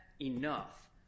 enough